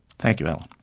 thank you, alan.